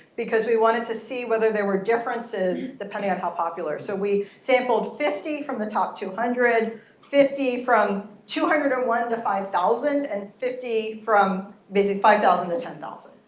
because we wanted to see whether there were differences depending on how popular. so we sampled fifty from the top two hundred. fifty from two hundred and one to five thousand. and fifty from, basically five thousand to ten thousand,